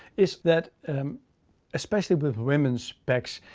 is that especially with women's packs,